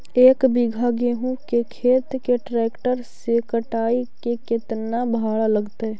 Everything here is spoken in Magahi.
एक बिघा गेहूं के खेत के ट्रैक्टर से कटाई के केतना भाड़ा लगतै?